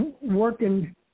working